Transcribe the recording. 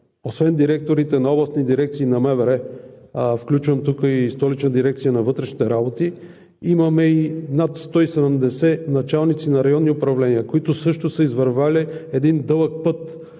освен директорите на областните дирекции на МВР, включвам тук и Столичната дирекция на вътрешните работи, имаме и над 170 началници на районни управления, които също са извървели един дълъг път